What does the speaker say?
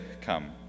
Come